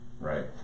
right